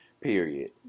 Period